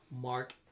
Mark